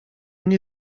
nie